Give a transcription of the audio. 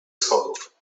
schodów